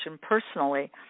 personally